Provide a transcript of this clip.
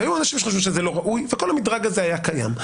היו אנשים שחשבו שזה לא ראוי וכל המדרג הזה היה קיים.